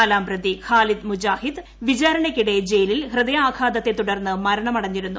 നാലാം പ്രതി ഖാലിദ് മുജാഹിദ് വിചാരണയ്ക്കിടെ ജയിലിൽ ഹൃദയാഘാതത്തെ തുടർന്ന് മരണമടഞ്ഞിരുന്നു